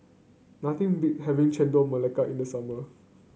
nothing beat having Chendol Melaka in the summer